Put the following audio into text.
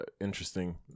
interesting